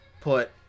put